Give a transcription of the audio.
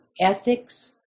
ethics